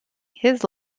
his